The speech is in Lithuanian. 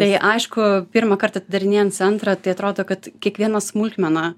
tai aišku pirmąkart atidarinėjant centrą tai atrodo kad kiekviena smulkmena